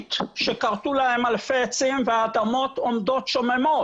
אגמית שכרתו להם אלפי עצים והאדמות עומדות שוממות.